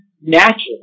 naturally